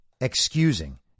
excusing